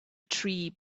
tree